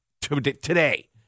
today